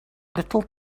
little